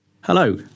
Hello